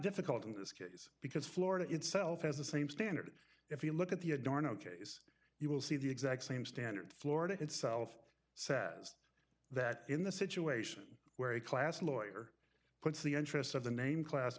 difficult in this case because florida itself has the same standard if you look at the door no case you will see the exact same standard florida itself says that in the situation where a class lawyer puts the interests of the name class